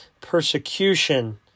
persecution